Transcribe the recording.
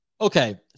Okay